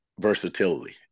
versatility